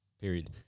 period